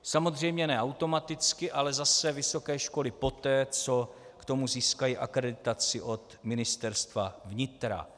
Samozřejmě ne automaticky, ale zase vysoké školy poté, co k tomu získají akreditaci od Ministerstva vnitra.